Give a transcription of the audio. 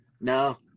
No